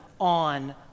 on